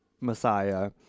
Messiah